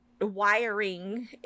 wiring